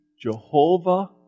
Jehovah